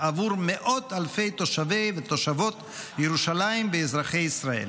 עבור מאות אלפי תושבי ותושבות ירושלים ואזרחי ישראל.